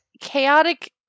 chaotic